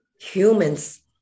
humans